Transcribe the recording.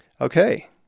okay